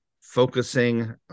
focusing